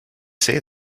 say